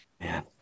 man